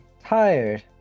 tired